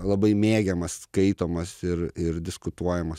labai mėgiamas skaitomas ir ir diskutuojamas